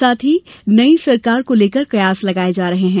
साथ ही नई सरकार को लेकर कयास लगाये जा रहे हैं